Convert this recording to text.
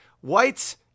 Whites